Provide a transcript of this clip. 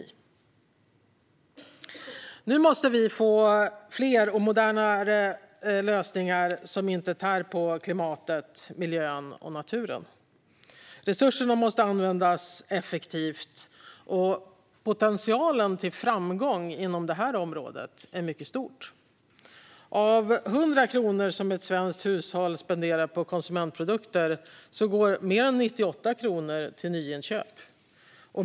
Nu måste vi få fler och modernare lösningar som inte tär på klimatet, miljön och naturen. Resurserna måste användas effektivt, och potentialen till framgång inom det här området är mycket stor. Av 100 kronor som ett svenskt hushåll spenderar på konsumentprodukter går mer än 98 kronor till nyinköp.